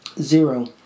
Zero